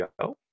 go